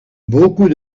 beaucoup